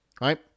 right